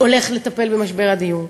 הולך לטפל במשבר הדיור,